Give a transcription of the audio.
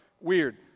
Weird